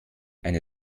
eine